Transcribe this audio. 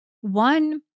one